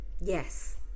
yes